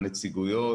הנציגויות,